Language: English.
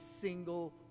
single